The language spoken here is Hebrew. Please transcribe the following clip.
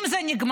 האם זה נגמר?